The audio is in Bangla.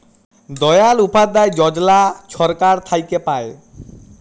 দয়াল উপাধ্যায় যজলা ছরকার থ্যাইকে পায়